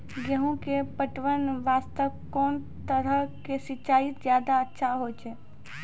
गेहूँ के पटवन वास्ते कोंन तरह के सिंचाई ज्यादा अच्छा होय छै?